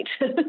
right